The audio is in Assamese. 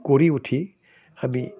কৰি উঠি আমি